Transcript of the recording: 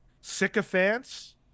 sycophants